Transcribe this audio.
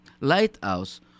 lighthouse